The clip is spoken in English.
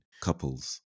couples